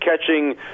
catching